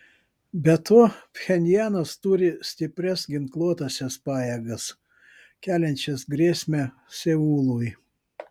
be to pchenjanas turi stiprias ginkluotąsias pajėgas keliančias grėsmę seului